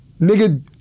nigga